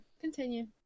Continue